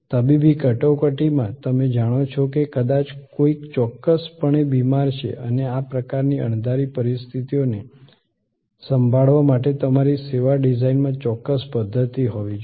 તબીબી કટોકટીમાં તમે જાણો છો કે કદાચ કોઈક ચોક્કસપણે બીમાર છે અને આ પ્રકારની અણધારી પરિસ્થિતિઓને સંભાળવા માટે તમારી સેવા ડિઝાઇનમાં ચોક્કસ પધ્ધતિ હોવી જોઈએ